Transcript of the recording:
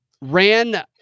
ran